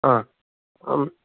आम् आम्